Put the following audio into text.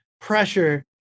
pressure